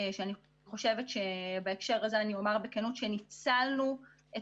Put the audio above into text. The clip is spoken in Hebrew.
שאני חושבת שבהקשר הזה אני אומר בכנות שניצלנו את